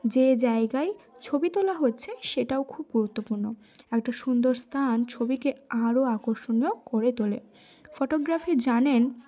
যে জায়গায় ছবি তোলা হচ্ছে সেটাও খুব গুরুত্বপূর্ণ একটা সুন্দর স্থান ছবিকে আরও আকর্ষণীয় করে তোলে ফটোগ্রাফি জানেন